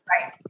Right